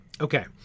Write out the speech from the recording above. Okay